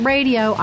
Radio